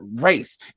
race